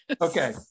Okay